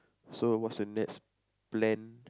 so what's the next plan